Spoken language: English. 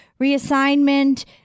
reassignment